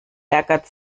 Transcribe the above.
ärgert